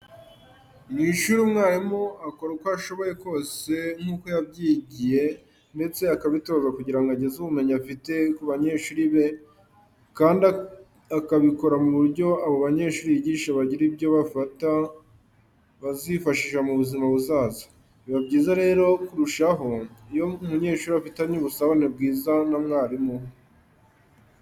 Mu ishuri umwarimu akora uko ashoboye kose nk'uko yabyigiye ndetse akabitozwa kugirango ageze ubumenyi afite ku banyeshuri be kandi akabikora mu buryo abo banyeshuri yigisha bagira ibyo bafata bazifashisha mu buzima buzaza. Biba byiza rero kurushaho iyo umunyeshuri afitanye ubusabane bwiza na mwarimu we.